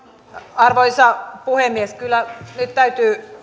arvoisa puhemies kyllä nyt täytyy